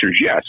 yes